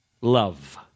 love